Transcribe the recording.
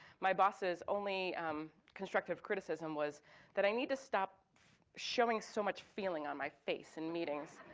my boss's only um constructive criticism was that i need to stop showing so much feeling on my face in meetings.